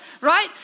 right